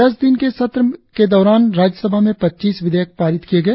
दस दिन के सत्र के दौरान राज्य सभा में पच्चीस विधेयक पारित किए गए